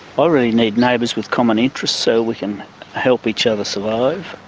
ah really need neighbours with common interests so we can help each other survive.